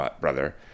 brother